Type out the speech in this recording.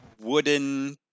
wooden